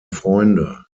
freunde